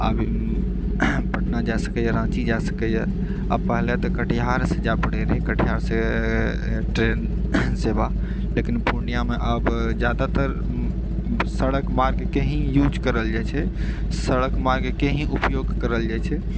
आगे पटना जाऽ सकैए रांँची जाऽ सकैए आ पहिले तऽ कटिहारसँ जाए पड़ै रहै कटिहारसँ ट्रेन सेवा लेकिन पूर्णियामे आब जादातर सड़क मार्गके ही यूज करल जाइत छै सड़क मार्गके ही उपयोग करल जाइत छै